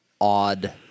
odd